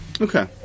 Okay